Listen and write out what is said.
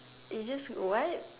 it just what